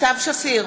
סתיו שפיר,